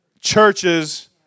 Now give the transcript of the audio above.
churches